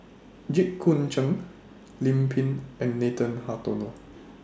Jit Koon Ch'ng Lim Pin and Nathan Hartono